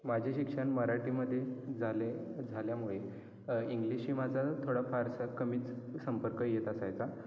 माझे शिक्षण मराठीमध्ये झाले झाल्यामुळे इंग्लिशशी माझा थोडाफारसं कमीच संपर्क येत असायचा